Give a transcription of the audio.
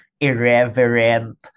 irreverent